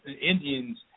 Indians